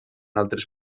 altres